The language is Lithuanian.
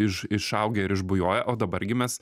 iš išaugę ir išbujoję o dabar gi mes